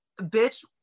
bitch